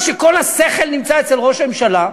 מי אמר שכל השכל נמצא אצל ראש הממשלה,